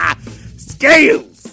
Scales